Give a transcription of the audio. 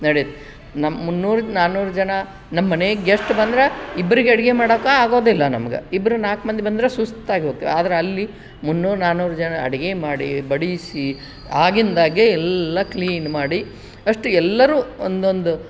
ನಮ್ಮ ಮುನ್ನೂರರಿಂದ ನಾನೂರು ಜನ ನಮ್ಮ ಮನೆಗೆ ಗೆಸ್ಟ್ ಬಂದ್ರೆ ಇಬ್ರಿಗೆ ಅಡುಗೆ ಮಾಡಕ್ಕ ಆಗೋದಿಲ್ಲ ನಮ್ಗೆ ಇಬ್ಬರೂ ನಾಲ್ಕು ಮಂದಿ ಬಂದ್ರೆ ಸುಸ್ತಾಗಿ ಹೋಗ್ತೀವಿ ಆದ್ರೆ ಅಲ್ಲಿ ಮುನ್ನೂರು ನಾನೂರು ಜನ ಅಡುಗೆ ಮಾಡಿ ಬಡಿಸಿ ಆಗಿಂದಾಗೆ ಎಲ್ಲ ಕ್ಲೀನ್ ಮಾಡಿ ಅಷ್ಟು ಎಲ್ಲರೂ ಒಂದೊಂದು